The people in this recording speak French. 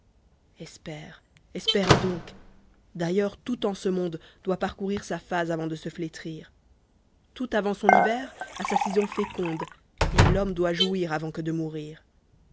espère espère donc d'ailleurs tout en ce monde doit parcourir sa phase avant de se flétrir tout avant son hiver a sa saison féconde et l'homme doit jouir avant que de mourir